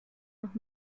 noch